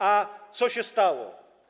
A co się stało?